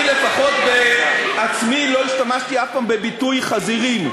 אני עצמי לפחות לא השתמשתי אף פעם בביטוי "חזירים".